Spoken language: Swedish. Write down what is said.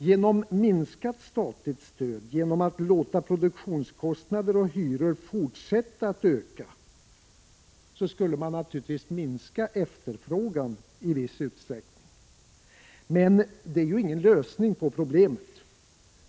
Genom minskat statligt stöd, genom att man låter produktionskostnader och hyror fortsätta att öka, skulle man naturligtvis minska efterfrågan i viss utsträckning. Men det är ingen lösning på problemet.